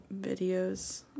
videos